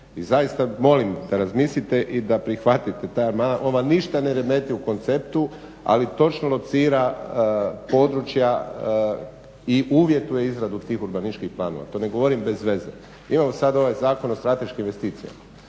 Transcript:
I zaista molim da razmislite i da prihvatite taj amandman, on vam ništa ne remeti u konceptu ali točno locira područja i uvjetuje izradu tih urbanističkih planova. To ne govorim bez veze. Imamo sad ovaj zakon o strateškim investicijama